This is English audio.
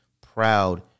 proud